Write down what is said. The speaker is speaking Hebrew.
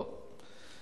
רוסיה, טוב.